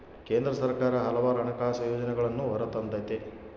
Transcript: ಕೇಂದ್ರ ಸರ್ಕಾರ ಹಲವಾರು ಹಣಕಾಸು ಯೋಜನೆಗಳನ್ನೂ ಹೊರತಂದತೆ